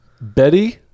Betty